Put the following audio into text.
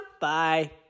Bye